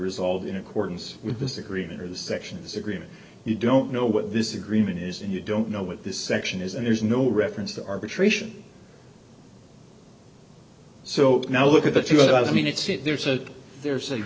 resolved in accordance with this agreement or the sections agreement you don't know what this agreement is and you don't know what this section is and there's no reference to arbitration so now look at you i mean it's it there's a there's a